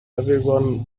everyone